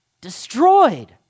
destroyed